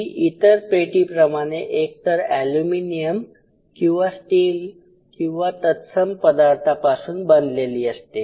ही इतर पेटीप्रमाणे एकतर एल्युमिनियम किंवा स्टील किंवा तत्सम पदार्थापासून बनलेली असते